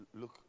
look